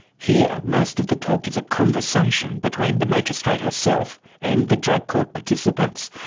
here, most of the talk is a conversation between the magistrate herself and the drug court participants,